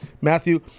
Matthew